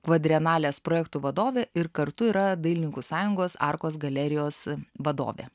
vadrenalės projektų vadovė ir kartu yra dailininkų sąjungos arkos galerijos vadovė